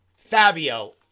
Fabio